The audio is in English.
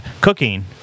cooking